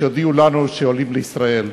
כשהודיעו לנו שעולים לישראל.